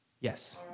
Yes